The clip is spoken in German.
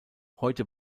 heute